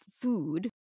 food